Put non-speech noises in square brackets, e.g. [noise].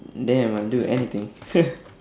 damn I'll do anything [noise]